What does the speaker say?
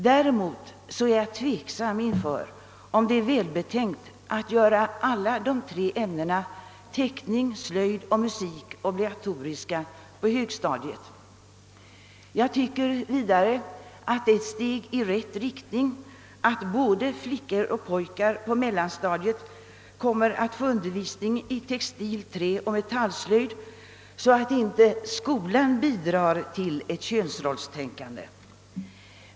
Däremot är jag tveksam om det är välbetänkt att göra alla de tre ämnena teckning, slöjd och musik obligatoriska på högstadiet. Jag tycker vidare det är ett steg i rätt riktning att både flickor och pojkar på mellanstadiet kommer att få undervisning i textil, träoch metallslöjd så att inte skolan bidrar till ett könsrollstänkande.